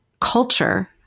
culture